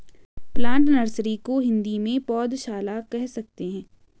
plant nursery को हिंदी में पौधशाला कह सकते हैं